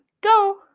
go